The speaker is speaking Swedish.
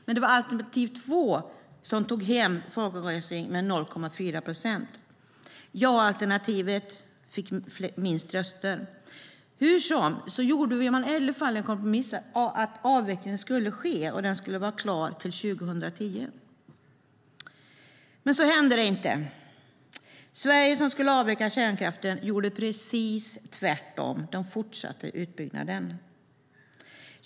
Det var dock alternativ två som tog hem folkomröstningen med 0,4 procent. Ja-alternativet fick minst röster. Hur som helst gjorde man en kompromiss om att avveckling skulle ske och att den skulle vara klar till 2010. Så hände dock inte. Sverige, som skulle avveckla kärnkraften, gjorde precis tvärtom - fortsatte utbyggnaden.